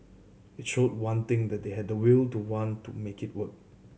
it showed one thing that they had the will to want to make it work